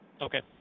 Okay